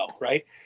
right